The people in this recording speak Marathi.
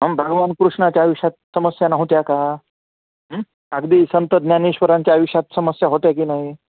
अम भगवान कृष्णाच्या आयुष्यात समस्या नव्हत्या का अगदी संत ज्ञानेश्वरांच्या आयुष्यात समस्या होत्या की नाही